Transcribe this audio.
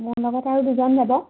মোৰ লগত আৰু দুজন যাব